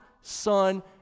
Son